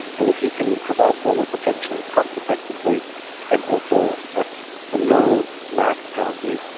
and if you can provide thermal protection cost effectively and also at a low mass penalty,